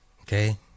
okay